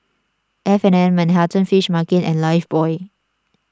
F and N Manhattan Fish Market and Lifebuoy